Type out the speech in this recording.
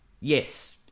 Yes